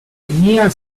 near